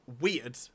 weird